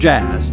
Jazz